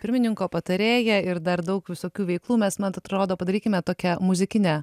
pirmininko patarėja ir dar daug visokių veiklų mes man atrodo padarykime tokią muzikinę